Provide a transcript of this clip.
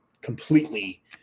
completely